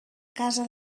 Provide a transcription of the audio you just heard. casa